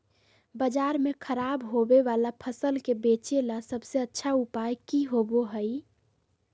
बाजार में खराब होबे वाला फसल के बेचे ला सबसे अच्छा उपाय की होबो हइ?